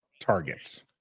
targets